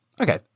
Okay